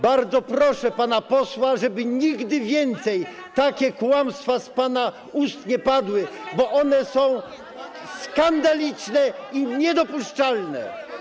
Bardzo proszę pana posła, żeby nigdy więcej takie kłamstwa z pana ust nie padły, bo one są skandaliczne i niedopuszczalne.